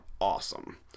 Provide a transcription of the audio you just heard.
awesome